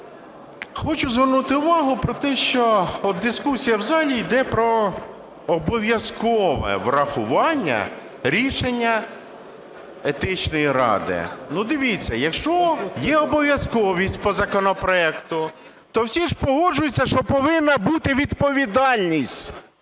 Хочу звернути увагу про те, що дискусія в залі йде про обов'язкове врахування рішення Етичної ради. Ну дивіться, якщо є обов'язковість по законопроекту, то всі ж погоджуються, що повинна бути відповідальність.